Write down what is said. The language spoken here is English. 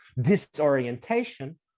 disorientation